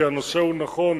כי הנושא הוא נכון,